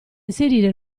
inserire